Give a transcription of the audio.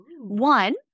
One